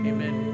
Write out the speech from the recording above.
Amen